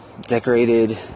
decorated